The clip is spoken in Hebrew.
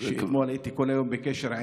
שאתמול הייתי כל היום בקשר עם,